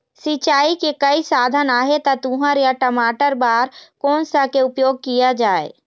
सिचाई के कई साधन आहे ता तुंहर या टमाटर बार कोन सा के उपयोग किए जाए?